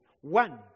One